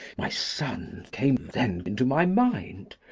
my son came then into my mind,